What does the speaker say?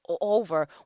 Over